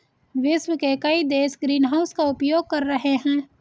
विश्व के कई देश ग्रीनहाउस का उपयोग कर रहे हैं